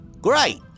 Great